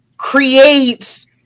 creates